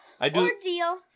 ordeal